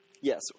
Yes